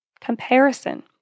comparison